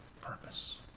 purpose